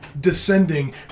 descending